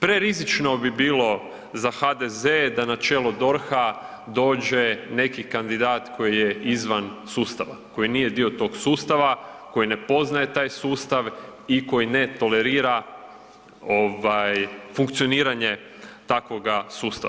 Prerizično bi bilo za HDZ da na čelo DORH-a dođe neki kandidat koji je izvan sustava, koji nije dio tog sustava koji ne poznaje sustav i koji ne tolerira funkcioniranje takvoga sustava.